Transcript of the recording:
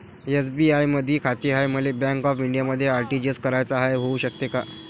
SBI मधी खाते हाय, मले बँक ऑफ इंडियामध्ये आर.टी.जी.एस कराच हाय, होऊ शकते का?